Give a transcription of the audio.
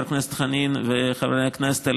חבר הכנסת חנין וחברי הכנסת,